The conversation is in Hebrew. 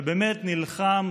ובאמת נלחם,